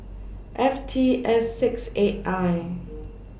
F T S six eight I